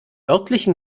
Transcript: örtlichen